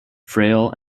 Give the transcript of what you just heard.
frail